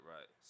Right